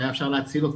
שהיה אפשר להציל אותו,